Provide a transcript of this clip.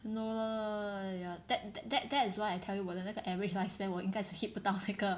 no lah ya that that that is why I tell you 我的那个 average lifespan 我应该是 hit 不到那个